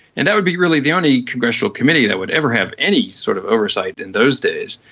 and that would be really the only congressional committee that would ever have any sort of oversight in those days,